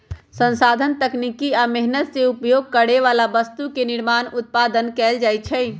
संसाधन तकनीकी आ मेहनत से उपभोग करे बला वस्तु के निर्माण उत्पादन कएल जाइ छइ